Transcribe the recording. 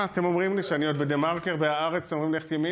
מתבצעת באמצעות כלי זה,